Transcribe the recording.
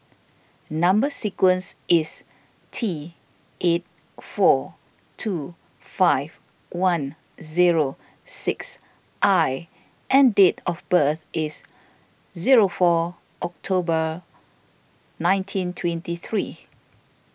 Number Sequence is T eight four two five one zero six I and date of birth is zero four October nineteen twenty three